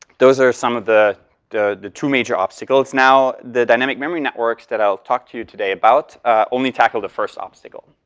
those are some of the the two major obstacles. now, the dynamic memory networks that i'll talk to you today about only tackle the first obstacle.